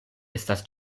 estas